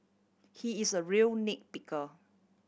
he is a real nit picker